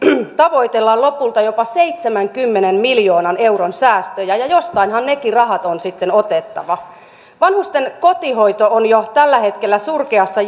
tavoitellaan lopulta jopa seitsemänkymmenen miljoonan euron säästöjä ja jostainhan nekin rahat on sitten otettava vanhusten kotihoito on jo tällä hetkellä surkeassa